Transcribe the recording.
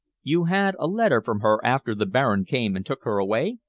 you had a letter from her after the baron came and took her away?